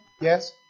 yes